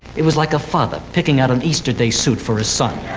it was like a father picking out an easter day suit for his son.